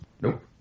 Nope